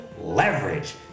leverage